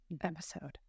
episode